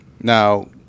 now